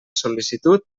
sol·licitud